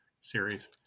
series